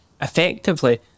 effectively